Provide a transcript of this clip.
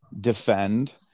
defend